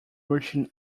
russian